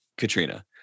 Katrina